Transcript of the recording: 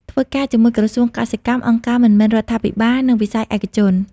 ធ្វើការជាមួយក្រសួងកសិកម្ម អង្គការមិនមែនរដ្ឋាភិបាល និងវិស័យឯកជន។